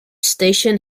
station